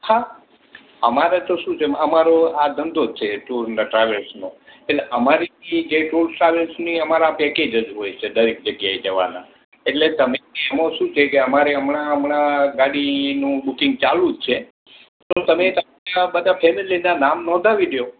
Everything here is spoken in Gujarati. હાં અમારે તો શું છે અમારો આ ધંધો જ છે ટુર અને ટ્રાવેલ્સનો એટલે અમારે જે ટુર ટ્રાવેલ્સની અમારાં પેકેજ જ હોય છે દરેક જગ્યાએ જવાના એટલે તમે આમાં શું છે કે અમારે હમણાં હમણાં ગાડીનું બુકિંગ ચાલું જ છે તો તમે તમારા બધા ફેમિલીનાં નામ નોંધાવી દો